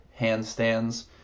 handstands